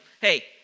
hey